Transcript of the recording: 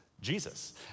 Jesus